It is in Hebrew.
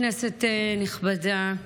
כנסת נכבדה,